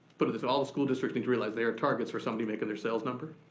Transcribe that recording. but it's all school districts need to realize they are targets for somebody making their sales number,